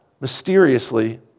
mysteriously